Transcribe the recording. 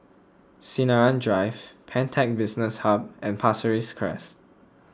Sinaran Drive Pantech Business Hub and Pasir Ris Crest